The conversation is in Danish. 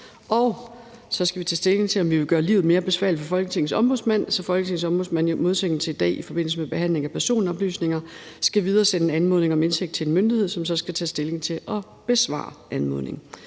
Så skal vi også tage stilling til, om vi vil gøre livet mere besværligt for Folketingets Ombudsmand, så Folketingets Ombudsmand i modsætning til i dag i forbindelse med behandling af personoplysninger skal videresende anmodning om indsigt til en myndighed, som så skal tage stilling til at besvare anmodningen.